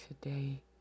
today